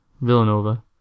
Villanova